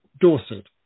Dorset